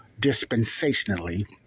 dispensationally